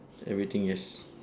everything yes